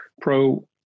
pro